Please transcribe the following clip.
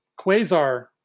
Quasar